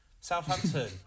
Southampton